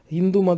Hindu